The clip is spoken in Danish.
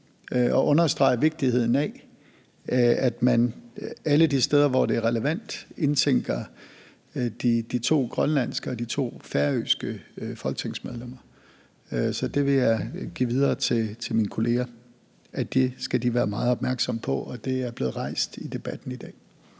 og understrege vigtigheden af, at man alle de steder, hvor det er relevant, indtænker de to grønlandske og de to færøske folketingsmedlemmer. Så det vil jeg give videre til mine kolleger at de skal være meget opmærksomme på, og at det er blevet rejst i debatten i dag.